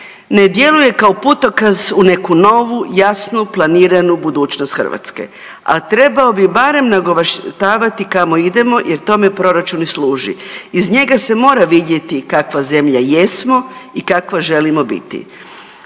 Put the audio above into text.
Ne djeluje kao putokaz u neku novu jasnu planiranu budućnost Hrvatske, a trebao bi barem nagovještavati kamo idemo jer tome proračun i služi. Iz njega se mora vidjeti kakva zemlja jesmo i kakva želimo biti.